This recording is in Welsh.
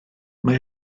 mae